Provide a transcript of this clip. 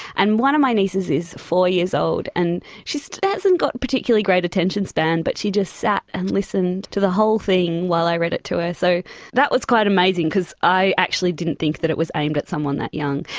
and one of my nieces is four years old, and she hasn't got a particularly great attention span, but she just sat and listened to the whole thing while i read it to her. so that was quite amazing because i actually didn't think that it was aimed at someone that young.